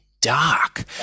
dark